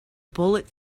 bullet